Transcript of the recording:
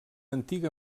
antiga